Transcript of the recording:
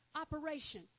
operation